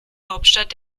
hauptstadt